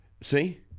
see